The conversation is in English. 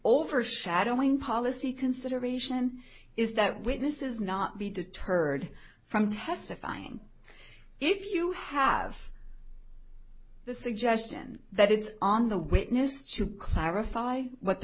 overshadowing policy consideration is that witnesses not be deterred from testifying if you have the suggestion that it's on the witness to clarify what the